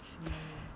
mm